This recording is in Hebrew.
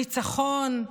ניצחון,